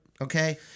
Okay